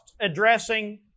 addressing